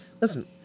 listen